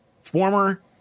former